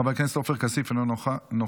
חבר הכנסת עופר כסיף, אינו נוכח,